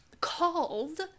called